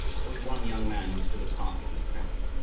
there was one young man who stood apart from the crowd,